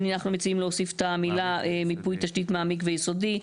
אנחנו מציעים להוסיף את המילים "מיפוי תשתית מעמיק ויסודי".